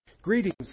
Greetings